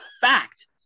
fact